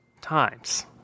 Times